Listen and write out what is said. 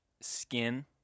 skin